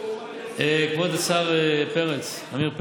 כבוד השר עמיר פרץ.